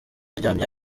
aryamye